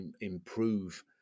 improve